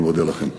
אני מודה לכם.